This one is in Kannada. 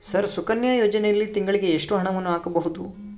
ಸರ್ ಸುಕನ್ಯಾ ಯೋಜನೆಯಲ್ಲಿ ತಿಂಗಳಿಗೆ ಎಷ್ಟು ಹಣವನ್ನು ಹಾಕಬಹುದು?